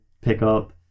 pickup